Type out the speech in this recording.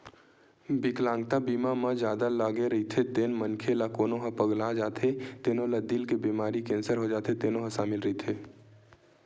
बिकलांगता बीमा म जादा लागे रहिथे तेन मनखे ला कोनो ह पगला जाथे तेनो ला दिल के बेमारी, केंसर हो जाथे तेनो ह सामिल रहिथे